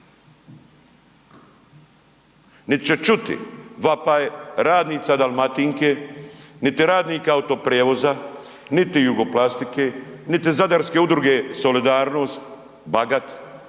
će čuti vapaj radnica Dalmatinke, niti radnika Autoprijevoza, niti Jugoplastike, niti zadarske udruge Solidarnost, Bagat, gdi